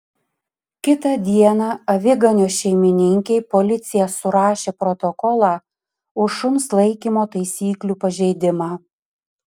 kitą dieną aviganio šeimininkei policija surašė protokolą už šuns laikymo taisyklių pažeidimą